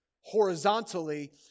horizontally